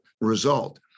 result